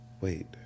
wait